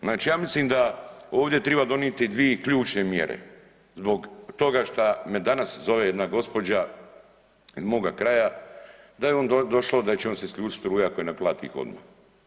Znači ja mislim da ovdje triba donijeti dvije ključne mjere zbog toga što me danas zove jedna gospođa iz moga kraja da joj došlo da će joj se isključiti struja ako je ne plati odmah.